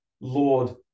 Lord